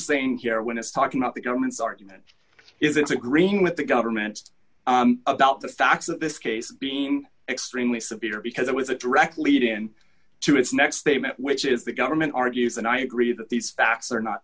saying here when it's talking about the government's argument is it's agreeing with the government about the facts of this case being extremely severe because it was a direct lead in to its next statement which is the government argues and i agree that these facts are not